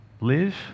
live